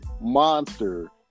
monster